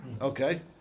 okay